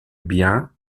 bien